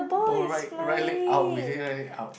oh right right leg out we hear right leg out